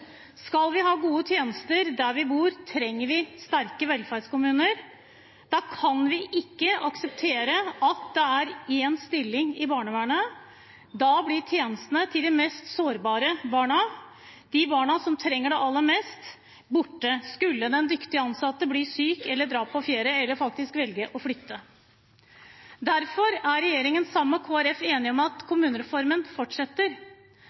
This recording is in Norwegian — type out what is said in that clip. Skal vi ha gode tjenester der vi bor, trenger vi sterke velferdskommuner. Da kan vi ikke akseptere at det er én stilling i barnevernet. Da blir tjenestene til de mest sårbare barna, de barna som trenger det aller mest, borte, skulle den dyktige ansatte bli syk, dra på ferie eller velge å flytte. Derfor er regjeringen enig med Kristelig Folkeparti om at kommunereformen fortsetter,